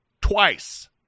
Twice